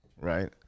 Right